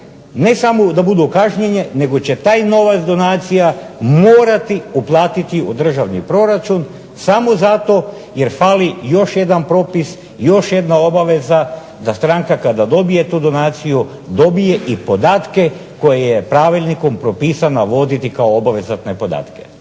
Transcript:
ne samo da budu kažnjene, nego će taj novac donacija morati uplatiti u državni proračun, samo zato jer fali još jedan propis, još jedna obaveza da stranka kada dobije tu donaciju dobije i podatke koje je pravilnikom propisana voditi kao obvezatne podatke.